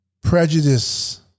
Prejudice